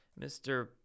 Mr